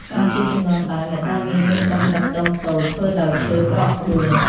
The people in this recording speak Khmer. កាលពីជំនាន់ដើម អ្នកតានេះមានត្រឹមតែខ្ទមតូច ធ្វើដោយឈើប្រក់ក្បឿង ។